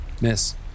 Miss